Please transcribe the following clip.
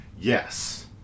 Yes